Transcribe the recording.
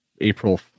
april